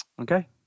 Okay